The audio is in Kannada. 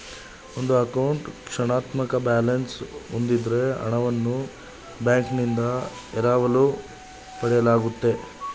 ಒಂದು ಅಕೌಂಟ್ ಋಣಾತ್ಮಕ ಬ್ಯಾಲೆನ್ಸ್ ಹೂಂದಿದ್ದ್ರೆ ಹಣವನ್ನು ಬ್ಯಾಂಕ್ನಿಂದ ಎರವಲು ಪಡೆಯಲಾಗುತ್ತೆ